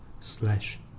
slash